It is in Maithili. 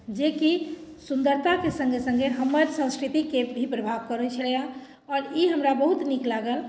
जे कि सुन्दरताके सङ्गे सङ्गे हमर सन्स्कृतिके भी प्रभाव पड़ैत छलै हँ आओर ई हमरा बहुत नीक लागल